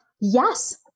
Yes